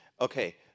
Okay